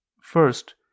First